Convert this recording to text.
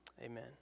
amen